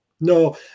No